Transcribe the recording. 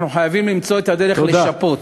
אנחנו חייבים למצוא את הדרך לשפות.